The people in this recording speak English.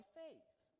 faith